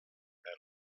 and